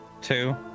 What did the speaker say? Two